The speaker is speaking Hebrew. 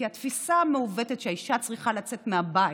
כי התפיסה המעוותת שהאישה צריכה לצאת מהבית,